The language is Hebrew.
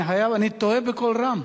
אני חייב, אני תוהה בקול רם.